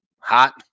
hot